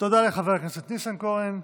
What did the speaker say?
תודה לחבר הכנסת ניסנקורן.